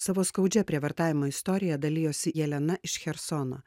savo skaudžia prievartavimo istorija dalijosi jelena iš chersono